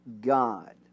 God